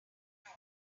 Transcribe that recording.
know